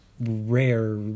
rare